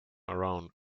around